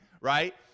right